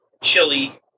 chili